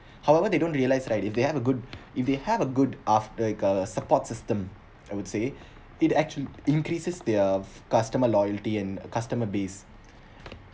however they don't realise right if they have a good if they have a good after uh support system I would say it actual increases their customer loyalty and customer base